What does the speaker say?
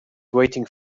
waiting